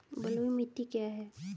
बलुई मिट्टी क्या है?